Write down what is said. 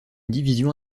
division